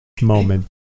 moment